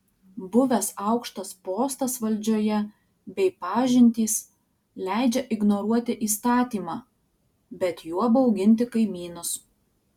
buvęs aukštas postas valdžioje bei pažintys leidžia ignoruoti įstatymą bet juo bauginti kaimynus